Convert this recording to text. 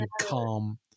calm